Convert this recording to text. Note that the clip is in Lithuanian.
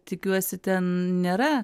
tikiuosi ten nėra